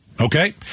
okay